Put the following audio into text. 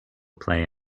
play